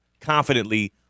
confidently